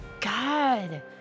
God